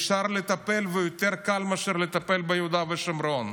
אפשר לטפל ויותר קל לטפל מאשר ביהודה ושומרון,